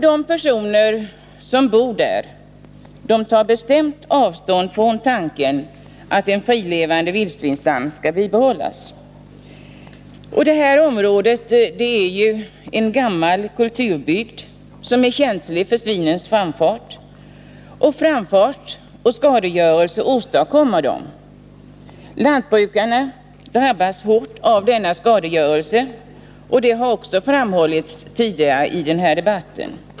De personer som bor där tar bestämt avstånd från tanken att en frilevande vildsvinsstam skall bibehållas. Det här området är ju en gammal kulturbygd, som är känslig för svinens framfart, och framfart och skadegörelse åstadkommer de! Lantbrukarna drabbas hårt av denna skadegörelse, vilket har framhållits tidigare i denna debatt.